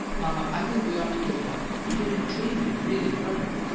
mama, i think we ought to give it up. i didn't dream it had really hurt him.